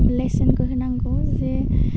लेसनखौ होनांगौ जे